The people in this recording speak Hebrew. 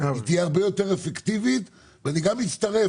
היא תהיה הרבה יותר אפקטיבית ואני גם מצטרף,